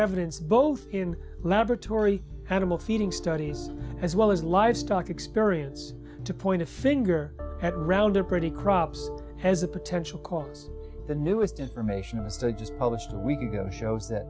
evidence both in laboratory animal feeding studies as well as livestock experience to point a finger at round or pretty crops as a potential cause the newest information it was just published a week ago shows that